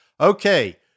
okay